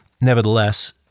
Nevertheless